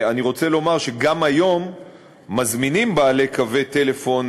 אני רוצה לומר שגם היום מזמינים בעלי קווי טלפון